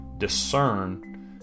discern